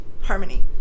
harmony